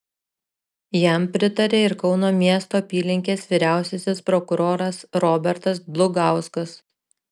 jam pritarė ir kauno miesto apylinkės vyriausiasis prokuroras robertas dlugauskas